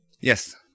Yes